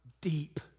Deep